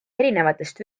erinevatest